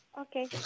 Okay